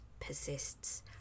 persists